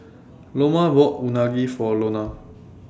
Loma bought Unagi For Lona